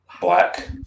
Black